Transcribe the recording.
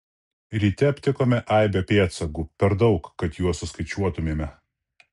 ryte aptikome aibę pėdsakų per daug kad juos suskaičiuotumėme